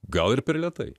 gal ir per lėtai